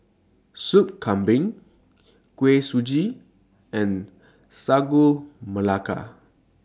Soup Kambing Kuih Suji and Sagu Melaka